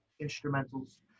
instrumentals